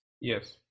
yes